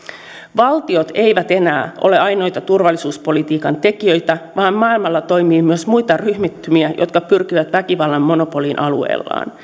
valtiot eivät enää ole ainoita turvallisuuspolitiikan tekijöitä vaan maailmalla toimii myös muita ryhmittymiä jotka pyrkivät väkivallan monopoliin alueellaan